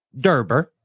Derber